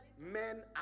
Men